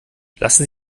lassen